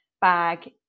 bag